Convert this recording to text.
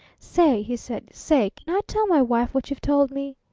say, he said, say, can i tell my wife what you've told me?